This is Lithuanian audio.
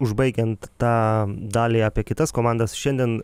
užbaigiant tą dalį apie kitas komandas šiandien